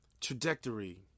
trajectory